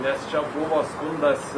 nes čia buvo skundas